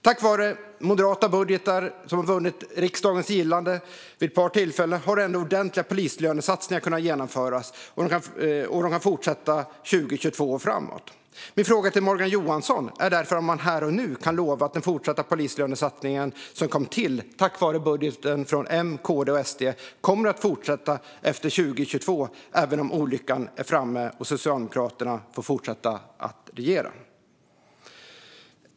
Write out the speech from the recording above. Tack vare att moderata budgetar har vunnit riksdagens gillande vid ett par tillfällen har ändå ordentliga polislönesatsningar kunnat genomföras, och de kan också fortsätta 2022 och framåt. Min fråga till Morgan Johansson är därför om han här och nu kan lova att den fortsatta polislönesatsning som kom till tack vare budgeten från M, KD och SD kommer att fortsätta efter 2022 även om olyckan är framme och Socialdemokraterna får fortsätta att regera.